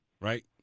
Right